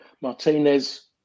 Martinez